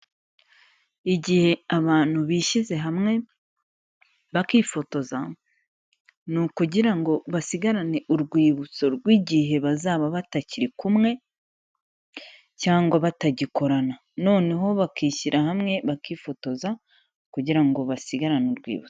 Igihe abantu bishyize hamwe bakifotoza, ni ukugira ngo basigarane urwibutso rw'igihe bazaba batakiri kumwe cyangwa batagikorana, noneho bakishyira hamwe bakifotoza kugira ngo basigarane urwibutso.